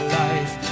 life